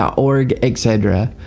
org, etc,